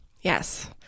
Yes